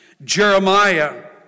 Jeremiah